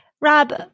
Rob